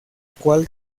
cual